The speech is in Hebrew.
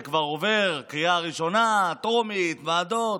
זה כבר עובר קריאה ראשונה, טרומית, ועדות.